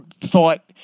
thought—